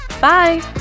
Bye